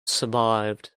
survived